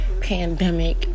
pandemic